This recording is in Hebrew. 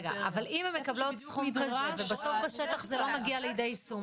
אבל אם הן מקבלות סכום כזה ובסוף בשטח זה לא מגיע לידי יישום,